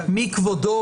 שמעביר,